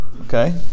Okay